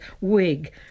wig